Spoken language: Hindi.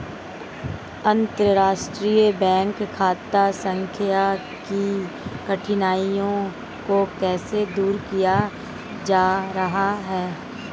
अंतर्राष्ट्रीय बैंक खाता संख्या की कठिनाइयों को कैसे दूर किया जा रहा है?